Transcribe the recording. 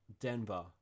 Denver